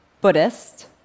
Buddhist